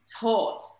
taught